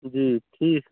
जी ठीक